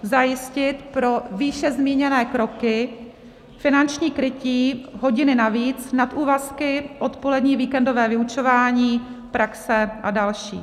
Zajistit pro výše zmíněné kroky finanční krytí: hodiny navíc, nadúvazky, odpolední, víkendové vyučování, praxe a další.